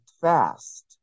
fast